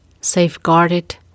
safeguarded